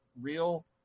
real